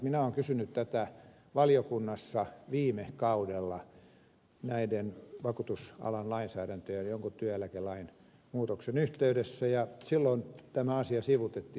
minä olen kysynyt tätä valiokunnassa viime kaudella näiden vakuutusalan lainsäädäntöjen ja jonkun työeläkelain muutoksen yhteydessä ja silloin tämä asia sivuutettiin